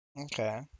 Okay